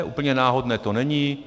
Úplně náhodné to není.